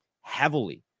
heavily